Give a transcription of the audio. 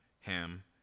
Ham